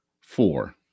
Four